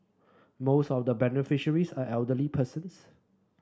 most of the beneficiaries are elderly persons